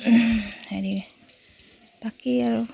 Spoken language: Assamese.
হেৰি বাকী আৰু